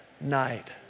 night